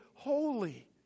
holy